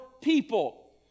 people